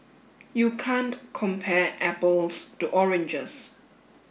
you can't compare apples to oranges